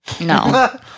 No